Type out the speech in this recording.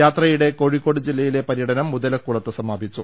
യാത്രയുടെ കോഴിക്കോട് ജില്ലയിലെ പര്യടനം മുതലക്കുളത്ത് സമാപിച്ചു